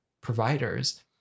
providers